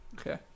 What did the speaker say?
Okay